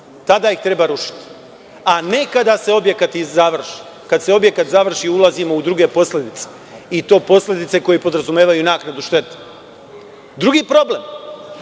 Tada ih treba rušiti, a ne kada se objekat završi. Kada se objekat završi, ulazimo u druge posledice, i to posledice koje podrazumevaju naknadu štete. Drugi problem